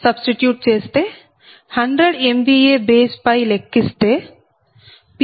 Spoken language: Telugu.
సబ్స్టిట్యూట్ చేస్తే 100 MVA బేస్ పై లెక్కిస్తేP1100 MW1